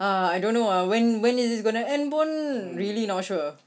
ah I don't know ah when when is this going to end pun really not sure